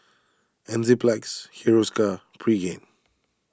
Enzyplex Hiruscar Pregain